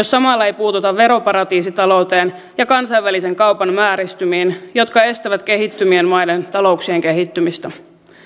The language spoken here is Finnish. samalla ei puututa veroparatiisitalouteen ja kansainvälisen kaupan vääristymiin jotka estävät kehittyvien maiden talouksien kehittymistä